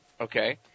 okay